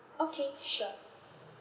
okay sure